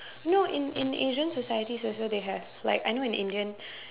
no in in Asian societies also they have like I know in Indian